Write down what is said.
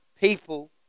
people